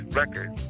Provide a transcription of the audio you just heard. record